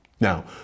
Now